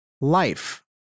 Life